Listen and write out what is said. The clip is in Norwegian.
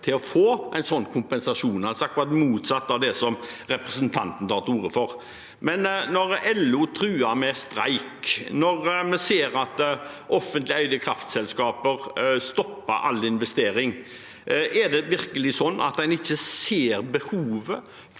for å få en sånn kompensasjon, altså akkurat motsatt av det som representanten tar til orde for. Når LO truer med streik, når vi ser at offentlig eide kraftselskaper stopper all investering: Er det virkelig slik at en ikke ser behovet